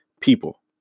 people